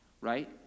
right